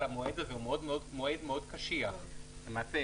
המועד הזה הוא מועד מאוד קשיח; למעשה,